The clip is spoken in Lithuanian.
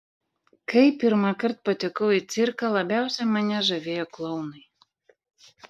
kai pirmąkart patekau į cirką labiausiai mane žavėjo klounai